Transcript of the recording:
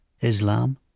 Islam